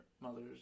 mothers